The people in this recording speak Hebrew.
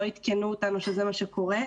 לא עדכנו אותנו שזה מה שקורה,